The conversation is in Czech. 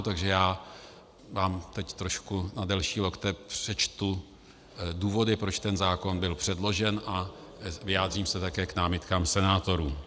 Takže vám teď na trošku delší lokte přečtu důvody, proč ten zákon byl předložen, a vyjádřím se také k námitkám senátorů.